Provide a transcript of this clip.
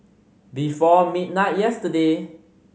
before midnight yesterday